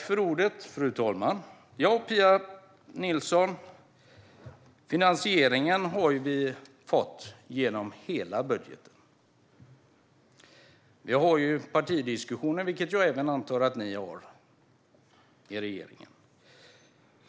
Fru talman! Ja, Pia Nilsson, finansieringen har vi fått genom hela budgeten. Vi har partidiskussioner, vilket jag antar att man även har i regeringen.